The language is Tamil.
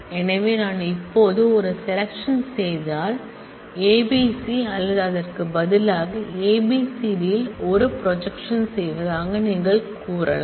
எனவே நான் இப்போது ஒரு செலெக்சன் செய்தால் நான் இப்போது ABC அல்லது அதற்கு பதிலாக ABC D இல் ஒரு ப்ரொஜெக்க்ஷன் செய்வதாக நீங்கள் கூறலாம்